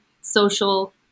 social